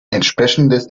entsprechendes